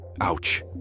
Ouch